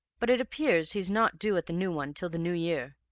but it appears he's not due at the new one till the new year.